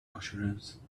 assurance